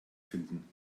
finden